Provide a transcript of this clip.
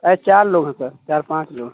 अरे चार लोग हैं सर चार पाँच लोग